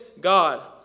God